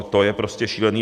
To je prostě šílené.